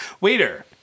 Waiter